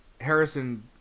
Harrison